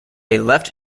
left